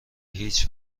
هیچ